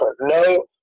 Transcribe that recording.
No